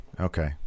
Okay